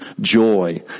joy